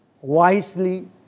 wisely